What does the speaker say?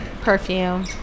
Perfume